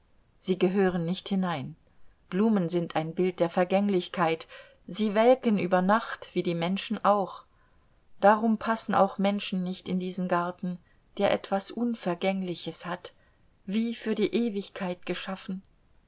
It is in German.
sie gehören nicht hinein blumen sind ein bild der vergänglichkeit sie welken über nacht wie die menschen auch darum passen auch menschen nicht in diesen garten der etwas unvergängliches hat wie für die ewigkeit geschaffen